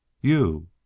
You